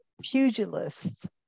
pugilists